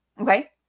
Okay